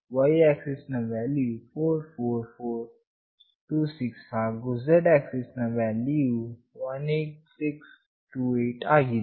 y axis ನ value 44426 ಹಾಗು z axis ನ ವ್ಯಾಲ್ಯೂ ವು 18628 ಆಗಿದೆ